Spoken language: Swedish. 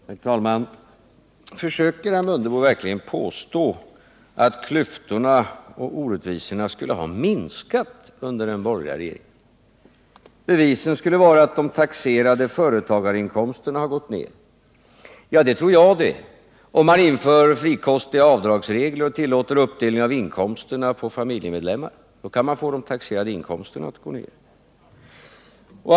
Herr talman! Försöker herr Mundebo verkligen påstå att klyftorna och orättvisorna skulle ha minskat under den borgerliga regeringen? Bevisen skulle vara att de taxerade företagarinkomsterna har gått ner. Ja, det tror jag det. Om man inför frikostiga avdragsregler och tillåter uppdelning av inkomsterna på familjemedlemmar kan man få de taxerade inkomsterna att gå ned.